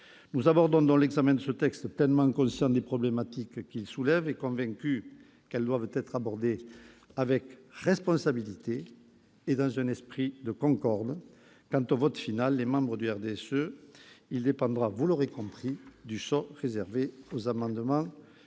Nous abordons donc l'examen de ce texte en étant pleinement conscients des problématiques qu'il soulève et convaincus qu'elles doivent être abordées avec responsabilité et dans un esprit de concorde. Quant au vote final des membres du RDSE, il dépendra, vous l'aurez compris, du sort réservé aux amendements